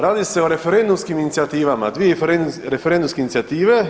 Radi se o referendumskim inicijativama, dvije referendumske inicijative.